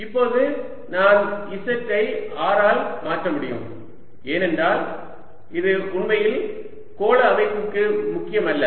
இப்போது நான் z ஐ R ஆல் மாற்ற முடியும் ஏனென்றால் இது உண்மையில் கோள அமைப்புக்கு முக்கியமல்ல